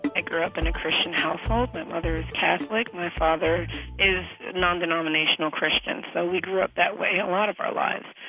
i grew up in a christian household. my mother is catholic, my father is nondenominational christian, so we grew up that way a lot of our lives.